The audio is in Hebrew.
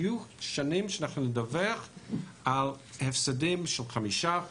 יהיו שנים שאנחנו נדווח על הפסדים של 5%,